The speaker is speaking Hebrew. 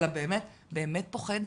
באמת פוחד,